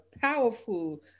powerful